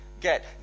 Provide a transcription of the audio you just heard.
get